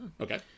Okay